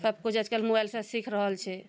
सब किछु आइकाल्हि मोबाइल सऽ सीख रहल छै